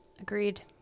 Agreed